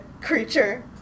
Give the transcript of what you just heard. creature